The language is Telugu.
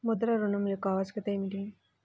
ముద్ర ఋణం యొక్క ఆవశ్యకత ఏమిటీ?